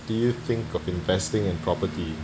do you think of investing in property